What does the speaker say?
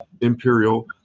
Imperial